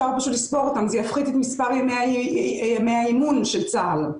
זה יפחית את מספר ימי האימון של צה"ל,